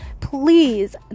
please